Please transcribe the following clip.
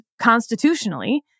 constitutionally